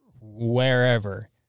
wherever